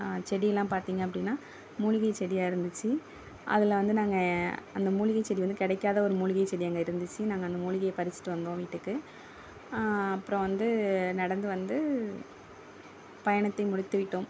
செடிலாம் பார்த்திங்க அப்படினா மூலிகை செடியாக இருந்துச்சு அதில் வந்து நாங்கள் அந்த மூலிகை செடி வந்து கிடைக்காத ஒரு மூலிகை செடி அங்கே இருந்துச்சு நாங்கள் அந்த மூலிகையை பறிச்சிகிட்டு வந்தோம் வீட்டுக்கு அப்புறம் வந்து நடந்து வந்து பயணத்தை முடித்து விட்டோம்